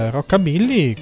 Rockabilly